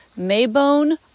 Maybone